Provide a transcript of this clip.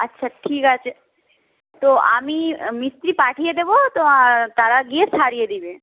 আচ্ছা ঠিক আছে তো আমি মিস্ত্রি পাঠিয়ে দেবো তো তারা গিয়ে সারিয়ে দেবে